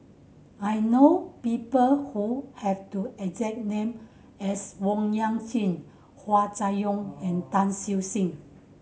I know people who have to exact name as Owyang Chi Hua Chai Yong and Tan Siew Sin